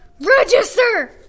Register